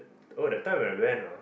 oh that time when I went ah